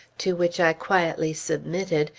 to which i quietly submitted,